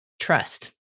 trust